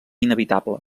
inevitable